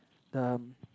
the